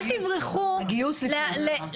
אל תברחו --- הגיוס לפני ההכשרה,